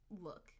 look